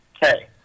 Hey